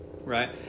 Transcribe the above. Right